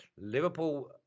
Liverpool